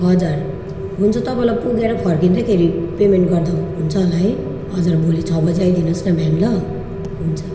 हजुर हुन्छ तपाईँलाई पुगेर फर्किँदैखेरि पेमेन्ट गर्दा हुन्छ होला है हजर भोलि छ बजे आइदिनुहोस् न बिहान ल हुन्छ